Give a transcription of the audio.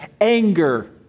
anger